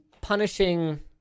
punishing